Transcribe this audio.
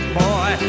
boy